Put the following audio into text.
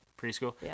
Preschool